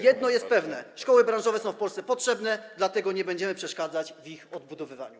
Jedno jest pewne: szkoły branżowe są w Polsce potrzebne, dlatego nie będziemy przeszkadzać w ich odbudowywaniu.